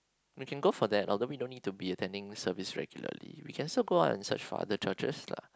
you can go for that other way no need to be attending service regularly we can also go out and search for other charges lah